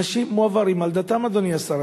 אנשים מועברים על דתם, אדוני השר.